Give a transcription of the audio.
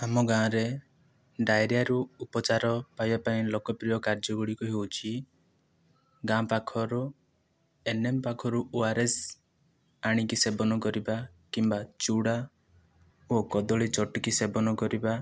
ଆମ ଗାଁରେ ଡାଇରିଆରୁ ଉପଚାର ପାଇବା ପାଇଁ ଲୋକପ୍ରିୟ କାର୍ଯ୍ୟଗୁଡ଼ିକ ହେଉଛି ଗାଁ ପାଖରୁ ଏ ଏନ୍ ଏମ୍ ପାଖରୁ ଓ ଆର୍ ଏସ୍ ଆଣିକି ସେବନ କରିବା କିମ୍ବା ଚୁଡା ଓ କଦଳୀ ଚକଟି ସେବନ କରିବା